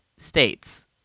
States